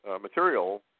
material